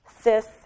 cis